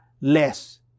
less